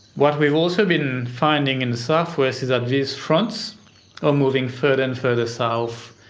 what we've also been finding in the southwest is that these fronts are moving further and further south,